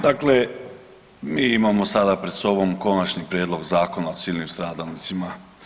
Dakle, mi imamo sada pred sobom Konačni prijedlog zakona o civilnim stradalnicima.